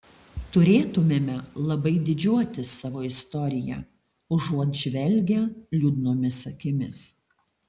turėtumėme labai didžiuotis savo istorija užuot žvelgę liūdnomis akimis